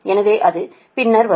எனவே அது பின்னர் வரும்